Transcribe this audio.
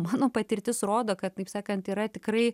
mano patirtis rodo kad taip sakant yra tikrai